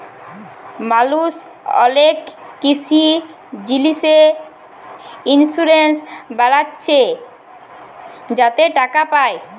মালুস অলেক কিসি জিলিসে ইলসুরেলস বালাচ্ছে যাতে টাকা পায়